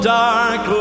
dark